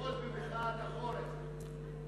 במחאת החורף.